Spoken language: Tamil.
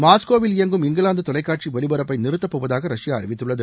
மாஸ்கோவில் இயங்கும் இங்கிலாந்து தொலைக்காட்சி ஒலிபரப்பை நிறுத்தப்போவதாக ரஷ்யா அறிவித்துள்ளது